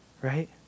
right